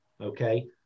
okay